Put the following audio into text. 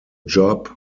job